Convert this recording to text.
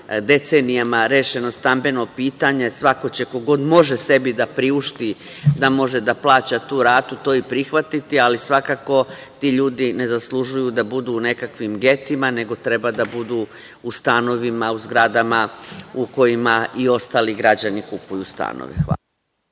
decenijama rešeno stambeno pitanje. Svako će, ko god može sebi da priušti da može da plaća tu ratu, to i prihvatiti, ali svakako ti ljudi ne zalužuju da budu u nekakvim getima, nego treba da budu u stanovima, u zgradama u kojima i ostali građani kupuju stanove. Hvala.